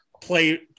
play